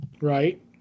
Right